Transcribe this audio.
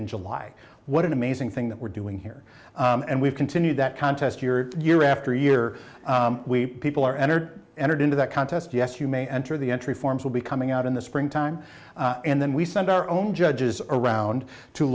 in july what an amazing thing that we're doing here and we've continued that contest year year after year we people are entered entered into that contest yes you may enter the entry forms will be coming out in the springtime and then we send our own judges around to